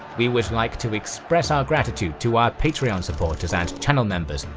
we would like to express our gratitude to our patreon supporters and channel members,